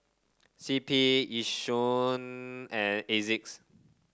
C P Yishion and Asics